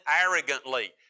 arrogantly